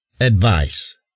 advice